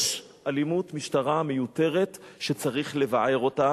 יש אלימות משטרה מיותרת שצריך לבער אותה,